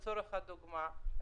לצורך הדוגמה,